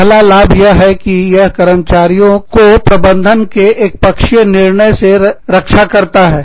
पहला लाभ यह है कि यह कर्मचारियों को प्रबंधन के एकपक्षीय निर्णयों से रक्षा करता है